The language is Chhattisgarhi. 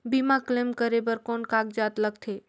बीमा क्लेम करे बर कौन कागजात लगथे?